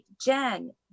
Jen